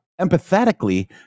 empathetically